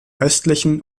östlichen